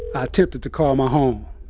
ah attempted to call my home.